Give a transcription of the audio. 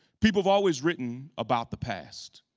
people have always written about the past.